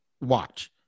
Watch